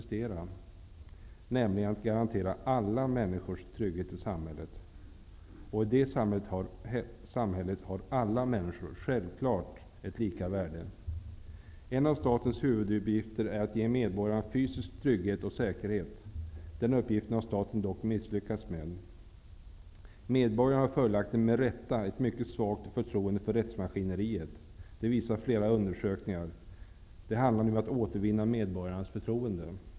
Det gäller nämligen att garantera alla människors trygghet i samhället. I det samhället har alla människor självfallet lika värde. En av statens huvuduppgifter är att ge medborgarna fysisk trygghet och säkerhet. Den uppgiften har staten dock misslyckats med. Medborgarna har följaktligen med rätta ett mycket svagt förtroende för rättsmaskineriet. Det visar flera undersökningar. Det handlar nu om att återvinna medborgarnas förtroende.